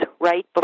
right